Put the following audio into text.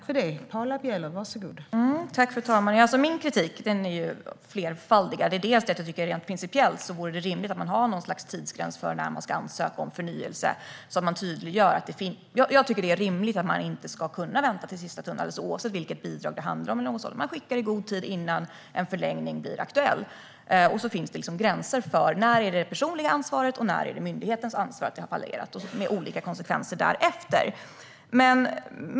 Fru talman! Min kritik är flerfaldig. Rent principiellt vore det rimligt att ha en tidsgräns för när man ska ansöka om förnyelse. Man ska inte kunna vänta till sista stund, alldeles oavsett vilket bidrag det handlar om. Man skickar in ansökan i god tid innan en förlängning blir aktuell. Det ska finnas gränser för när det är det personliga ansvaret och när det är myndighetens ansvar att det har fallerat, med olika konsekvenser därefter.